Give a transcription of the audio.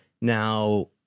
Now